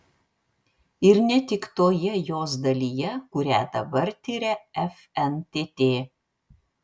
ir ne tik toje jos dalyje kurią dabar tiria fntt